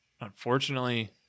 unfortunately